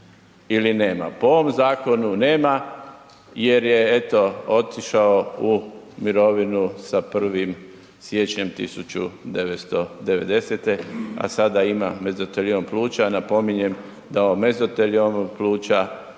ili nema? Po ovom zakonu nema jer je eto otišao u mirovinu sa 1. siječnjem 1990. a sada ima mezoteliom pluća, napominjem da mezoteliom pluća